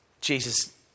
Jesus